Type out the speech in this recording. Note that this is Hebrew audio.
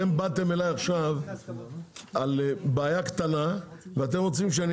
אתם באתם אלי עכשיו עם בעיה קטנה ואתם רוצים שאני